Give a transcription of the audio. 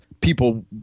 people